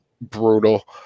brutal